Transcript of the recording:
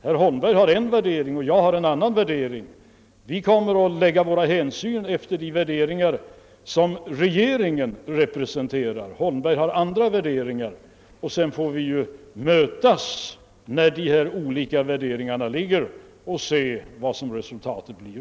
Herr Holmberg har en värdering och jag har en annan. Vi kommer att göra våra hänsynstaganden på grundval av de värderingar som regeringen representerar. Herr Holmberg har andra värderingar. Vi får väl mötas när de olika värderingarna presenteras och se vad resultatet blir.